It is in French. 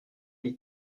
les